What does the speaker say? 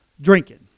drinking